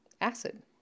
acid